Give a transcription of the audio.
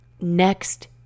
next